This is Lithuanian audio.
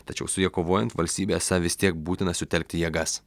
tačiau su ja kovojant valstybė esą vis tiek būtina sutelkti jėgas